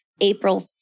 April